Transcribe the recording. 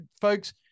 folks